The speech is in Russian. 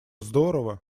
здорово